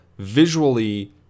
Visually